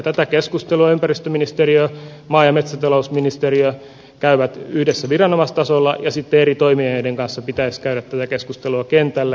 tätä keskustelua ympäristöministeriö ja maa ja metsätalousministeriö käyvät yhdessä viranomaistasolla ja sitten eri toimijoiden kanssa pitäisi käydä tätä keskustelua kentällä